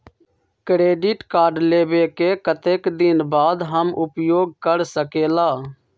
Credit card लेबे के कतेक दिन बाद हम उपयोग कर सकेला?